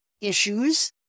issues